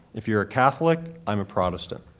if you're a catholic, i'm a protestant.